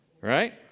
Right